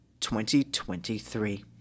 2023